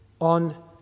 on